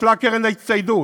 בוטלה קרן ההצטיידות,